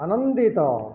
ଆନନ୍ଦିତ